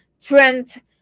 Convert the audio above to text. trend